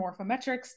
morphometrics